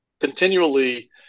continually